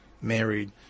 married